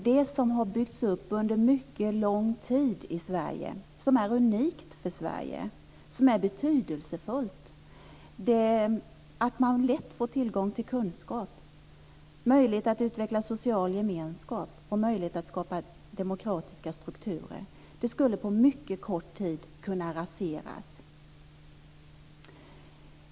Det som har byggts upp under mycket lång tid i Sverige, som är unikt för Sverige och som är betydelsefullt - detta att man lätt får tillgång till kunskap, möjlighet att utveckla social gemenskap och möjlighet att skapa demokratiska strukturer - skulle på mycket kort tid kunna raseras.